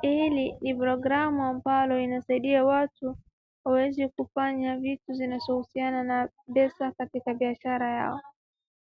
Hili ni programu ambayo inasaidia watu waweze kufanya vitu ambazo zinahusiana na pesa katika biashara yao.